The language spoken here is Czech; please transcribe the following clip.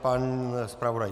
Pan zpravodaj?